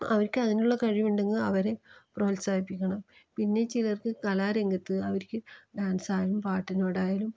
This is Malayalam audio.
അവർക്ക് അതിനുള്ള കഴിവുണ്ടങ്കിൽ അവരെ പ്രോത്സാഹിപ്പിക്കണം പിന്നെ ചിലർക്ക് കലാരംഗത്ത് അവർക്ക് ഡാൻസായാലും പാട്ടിനോടായാലും